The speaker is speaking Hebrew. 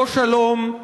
לא שלום,